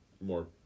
more